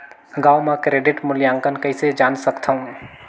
गांव म क्रेडिट मूल्यांकन कइसे जान सकथव?